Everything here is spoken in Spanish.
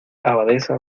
abadesa